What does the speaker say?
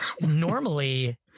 normally